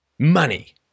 money